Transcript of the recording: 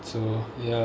ya so ya